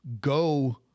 go